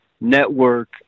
network